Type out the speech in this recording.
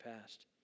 past